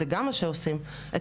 זה גם מה שעושים אצלנו,